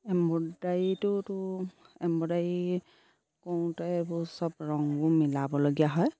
এম্ব্ৰইদাৰীটোতো embroidery কৰোঁতে এইবোৰ চব ৰংবোৰ মিলাবলগীয়া হয়